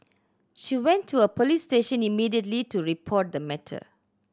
she went to a police station immediately to report the matter